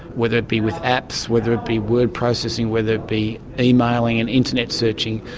whether it be with apps, whether it be word processing, whether it be emailing and internet searching,